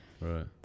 right